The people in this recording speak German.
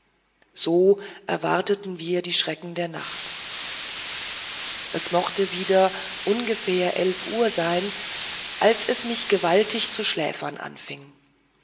so erwarteten wir die schrecken der nacht es mochte wieder ungefähr eilf uhr sein als es mich gewaltig zu schläfern anfing